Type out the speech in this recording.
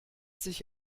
sich